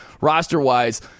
roster-wise